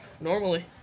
Normally